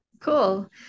Cool